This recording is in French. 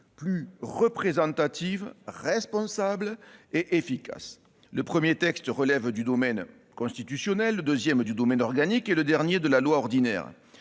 plus représentative, responsable et efficace ». Le premier texte relève du domaine constitutionnel, le deuxième du domaine organique et le dernier de la loi ordinaire.